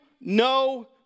No